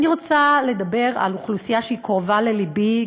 אני רוצה לדבר על אוכלוסייה שקרובה ללבי,